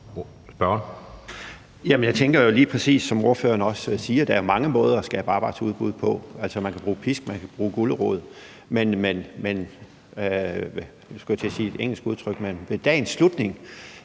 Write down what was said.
jeg tænker jo lige præcis, som ordføreren også siger, at der er mange måder at skabe arbejdsudbud på. Man kan bruge pisk, man kan bruge gulerod, og nu skulle